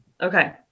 Okay